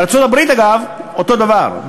בארצות-הברית, אגב, אותו הדבר.